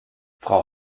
frau